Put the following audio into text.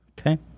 Okay